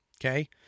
okay